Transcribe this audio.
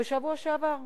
בשבוע שעבר.